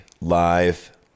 live